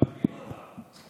גברתי היושבת-ראש,